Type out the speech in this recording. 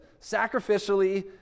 sacrificially